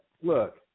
look